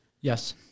Yes